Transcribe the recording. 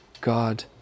God